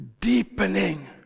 deepening